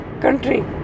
country